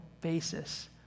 basis